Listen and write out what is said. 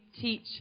teach